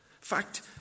fact